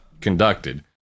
conducted